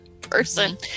person